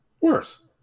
worse